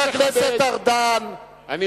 לפי איזה סעיף אדוני מודיע,